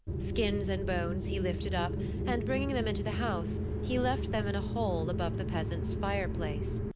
skins and bones he lifted up and bringing them into the house he left them in a hole above the peasant's fireplace.